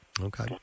Okay